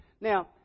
Now